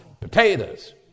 potatoes